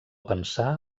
pensar